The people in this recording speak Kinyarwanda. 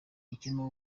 ikirimo